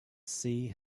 sea